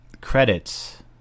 credits